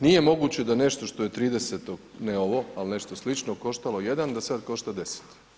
Nije moguće da nešto što je 30-tog, ne ovo, ali nešto slično koštalo 1, da sad košta 10.